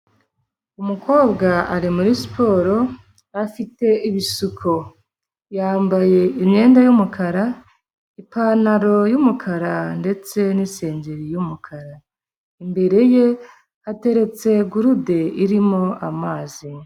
Umukobwa ari muri siporo, afite ibisuko, yambaye imyenda y'umukara, ipantaro y'umukara ndetse n'isengeri y'umukara, imbere ye hateretse gurude irimo amazi.